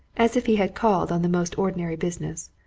as if he had called on the most ordinary business,